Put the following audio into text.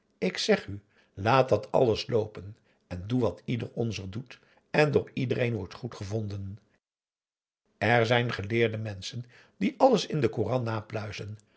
ik zeg u laat dat alles loopen en doe wat ieder onzer doet en door iedereen wordt goedgevonden er zijn geleerde menschen die alles in den koran napluizen